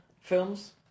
films